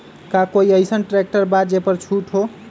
का कोइ अईसन ट्रैक्टर बा जे पर छूट हो?